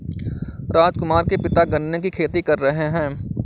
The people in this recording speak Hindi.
राजकुमार के पिता गन्ने की खेती कर रहे हैं